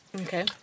Okay